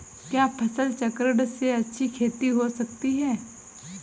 क्या फसल चक्रण से अच्छी खेती हो सकती है?